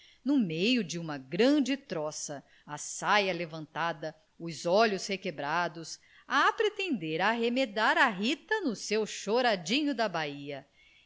no meio de uma grande troça a saia levantada os olhos requebrados a pretender arremedar a rita no seu choradinho da bahia